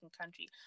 country